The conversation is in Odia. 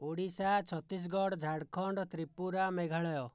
ଓଡ଼ିଶା ଛତିଶଗଡ଼ ଝାଡ଼ଖଣ୍ଡ ତ୍ରିପୁରା ମେଘାଳୟ